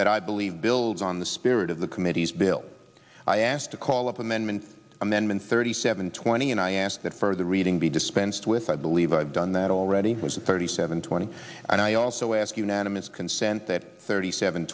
that i believe builds on the spirit of the committee's bill i asked to call up amendment amendment thirty seven twenty and i ask that for the reading be dispensed with i believe i've done that already has a thirty seven twenty and i also ask unanimous consent that thirty seven